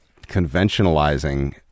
conventionalizing